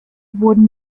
wurden